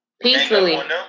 Peacefully